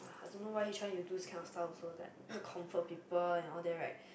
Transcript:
ugh I don't know why h_r need to do this kind of stuff also like need to comfort people and all that right